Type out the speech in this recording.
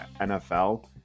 nfl